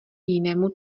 jinému